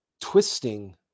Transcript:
twisting